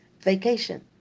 vacation